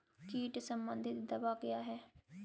कीट संबंधित दवाएँ क्या हैं?